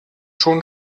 schon